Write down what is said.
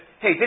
hey